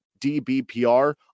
DBPR